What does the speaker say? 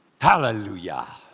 Hallelujah